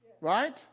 Right